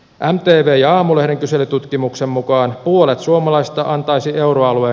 antteideja aamulehden kyselytutkimuksen mukaan puolet suomalaista antaisi euroalue